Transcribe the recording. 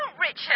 Richard